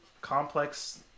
complex